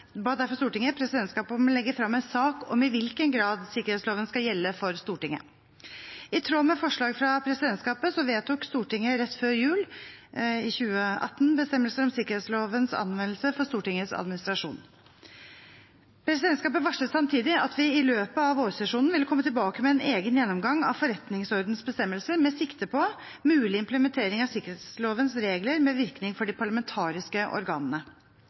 ba derfor Stortinget presidentskapet om å legge frem en sak om i hvilken grad sikkerhetsloven skal gjelde for Stortinget. I tråd med forslag fra presidentskapet vedtok Stortinget rett før jul i 2018 bestemmelser om sikkerhetslovens anvendelse for Stortingets administrasjon. Presidentskapet varslet samtidig at vi i løpet av vårsesjonen ville komme tilbake med en egen gjennomgang av forretningsordenens bestemmelser med sikte på mulig implementering av sikkerhetslovens regler med virkning for de parlamentariske organene.